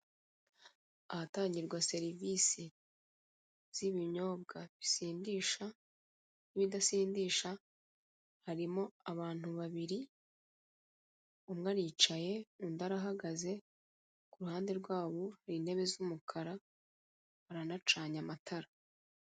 Ahatangirwa serivisi z'ibinyobwa bisindisha n'ibidasindisha harimo abantu babiri umwe aricaye undi arahagaze, ku ruhande rwabo hari intebe z'umukara haranacanye amatara.